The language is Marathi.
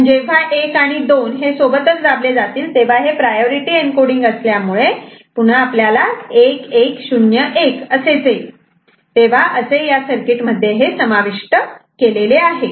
पण जेव्हा 1 आणि 2 हे सोबतच दाबले जातील तेव्हा हे प्रायोरिटी एन्कोडींग असल्यामुळे 1 1 0 1 असेच येईल तेव्हा या सर्किटमध्ये असे हे समाविष्ट केलेले आहे